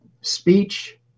speech